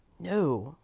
no,